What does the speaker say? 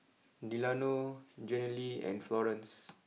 Delano Jenilee and Florance